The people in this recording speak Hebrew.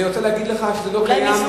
אני רוצה להגיד לך שזה לא קיים,